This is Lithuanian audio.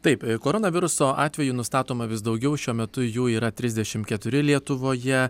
taip koronaviruso atvejų nustatoma vis daugiau šiuo metu jų yra trisdešim keturi lietuvoje